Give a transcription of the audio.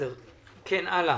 הלאה.